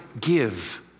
give